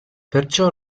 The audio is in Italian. perciò